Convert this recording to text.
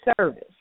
service